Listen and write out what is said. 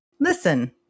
Listen